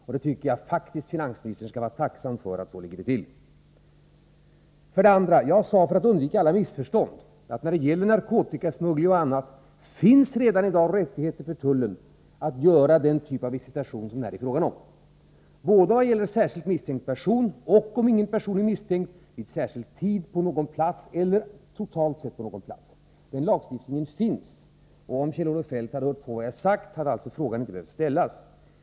Jag tycker faktiskt att finansministern skall vara tacksam för att det förhåller sig på det sättet. Jag sade, för att undvika alla missförstånd, att det när det gäller narkotikasmuggling och liknande redan i dag finns rättigheter för tullen att göra den typ av visitation som det här är fråga om — både när det gäller en särskild misstänkt person och, om ingen person är misstänkt, vid särskild tid på någon plats eller totalt sett på någon plats. Den lagstiftningen finns, och om Kjell-Olof Feldt hade hört på vad jag sade, hade alltså frågan inte behövt ställas.